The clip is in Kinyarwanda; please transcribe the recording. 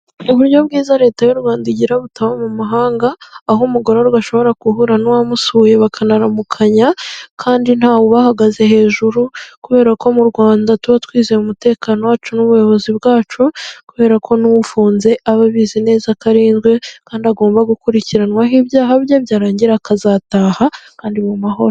Uburyo bwiza leta y'u Rwanda igira butaba mu mahanga, aho umugorerwa ashobora guhura n'uwamusuye bakanaramukanya kandi nta wubahagaze hejuru kubera ko mu Rwanda tuba twizeye umutekano wacu n'ubuyobozi bwacu kubera ko n'ufunze aba abizi neza ko arinzwe kandi agomba gukurikiranwaho ibyaha bye byarangira akazataha kandi mu mahoro.